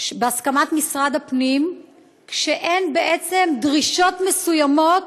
בהסכמת משרד הפנים כשאין, בעצם, דרישות מסוימות.